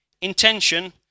intention